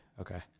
Okay